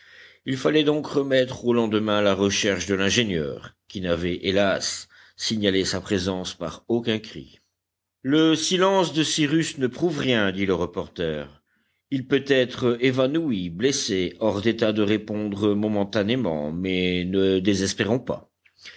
il fallait donc remettre au lendemain la recherche de l'ingénieur qui n'avait hélas signalé sa présence par aucun cri le silence de cyrus ne prouve rien dit le reporter il peut être évanoui blessé hors d'état de répondre momentanément mais ne désespérons pas